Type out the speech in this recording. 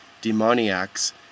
demoniacs